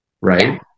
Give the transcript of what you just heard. Right